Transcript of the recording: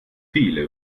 viele